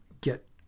get